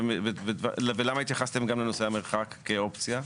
ולמה התייחסתם גם לנושא המרחק כאופציה?